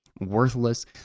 worthless